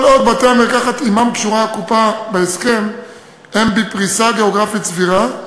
כל עוד בתי-המרקחת שעמם קשורה הקופה בהסכם הם בפריסה גיאוגרפית סבירה,